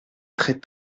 très